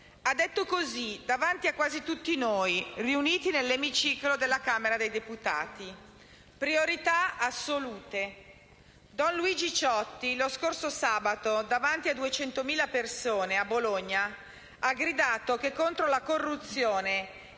ha detto così, davanti a quasi tutti noi, riuniti nell'emiciclo della Camera dei deputati: priorità assoluta. Don Luigi Ciotti, lo scorso sabato, davanti a 200.000 persone a Bologna, ha gridato che contro la corruzione